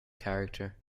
character